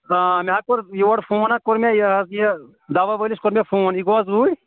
ٲں مے ہا کوٛر یورٕ فونا کوٛر مےٚ یہِ حظ یہِ دوا وٲلس کوٛر مےٚ فون یہِ گوا اوٗرۍ